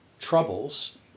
troubles